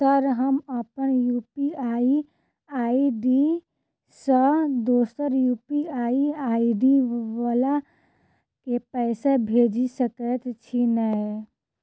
Sir हम अप्पन UPI ID सँ दोसर यु.पी.आई आई.डी वला केँ पैसा भेजि सकै छी नै?